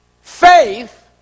faith